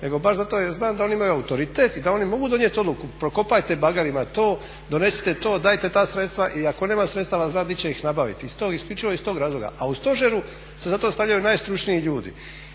nego baš zato jer znam da oni imaju autoritet i da oni mogu donijeti odluku prokopajte bagerima to, donesite to, dajte ta sredstva. I ako nema sredstava zna gdje će ih nabaviti. Isključivo iz tog razloga. A u stožeru se zato stavljaju najstručniji ljudi.